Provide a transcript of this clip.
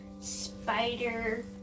spider